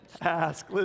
ask